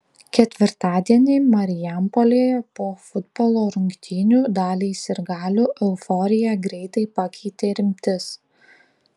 ketvirtadienį marijampolėje po futbolo rungtynių daliai sirgalių euforiją greitai pakeitė rimtis